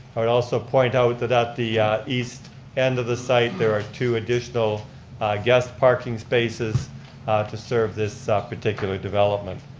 i would also point out that at the east end of the site, there are two additional guest parking spaces to serve this ah particular development.